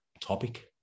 topic